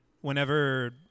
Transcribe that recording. whenever